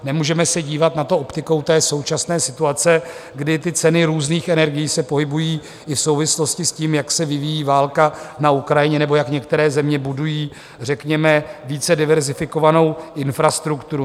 Nemůžeme se dívat na to optikou současné situace, kdy ceny různých energií se pohybují i v souvislosti s tím, jak se vyvíjí válka na Ukrajině nebo jak některé země budují řekněme více diverzifikovanou infrastrukturu.